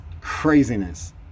craziness